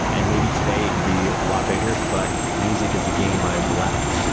and maybe today it could be a lot bigger. but music is a game i've left.